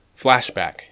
flashback